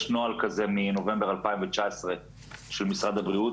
יש נוהל כזה מנובמבר 2019 של משרד הבריאות,